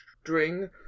string